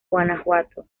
guanajuato